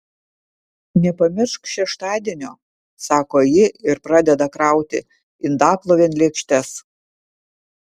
nepamiršk šeštadienio sako ji ir pradeda krauti indaplovėn lėkštes